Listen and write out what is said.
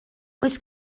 oes